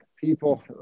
people